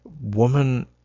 woman